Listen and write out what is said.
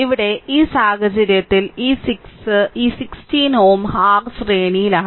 ഇവിടെ ഈ സാഹചര്യത്തിൽ ഈ 6 ഈ 16 Ω r ശ്രേണിയിലാണ്